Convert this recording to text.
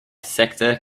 sector